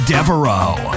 Devereaux